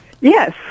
Yes